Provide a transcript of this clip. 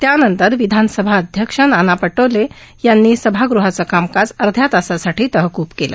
त्यानंतर विधानसभा अध्यक्ष नाना पटोले सभागृहाचं कामकाज अध्या तासासाठी तहकुब केलं